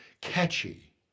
catchy